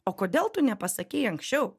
o kodėl tu nepasakei anksčiau